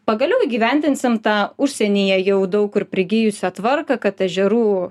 pagaliau įgyvendinsim tą užsienyje jau daug kur prigijusią tvarką kad ežerų